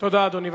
תודה, אדוני.